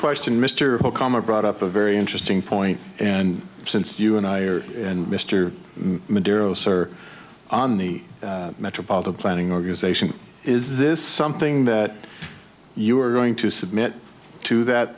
question mr okama brought up a very interesting point and since you and i are and mr materials are on the metropolitan planning organization is this something that you are going to submit to that